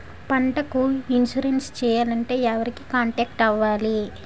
పంటకు ఇన్సురెన్స్ చేయాలంటే ఎవరిని కాంటాక్ట్ అవ్వాలి?